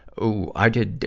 oh, i did,